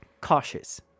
cautious